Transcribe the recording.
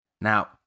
Now